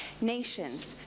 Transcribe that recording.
Nations